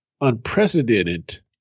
Unprecedented